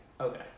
Okay